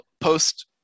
post